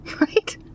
Right